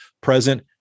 present